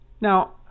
Now